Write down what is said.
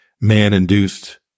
man-induced